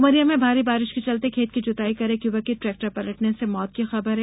उमरिया में भारी बारिश के चलते खेत की जुताई कर रहे एक युवक की ट्रेक्टर पलटने से मौत की खबर है